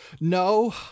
No